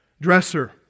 dresser